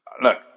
Look